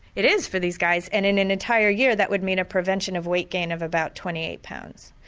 it is for these guys, and in an entire year that would mean a prevention of weight gain of about twenty eight lbs.